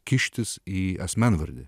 kištis į asmenvardį